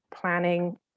planning